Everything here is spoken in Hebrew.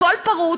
הכול פרוץ,